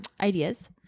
ideas